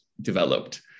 developed